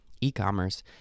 e-commerce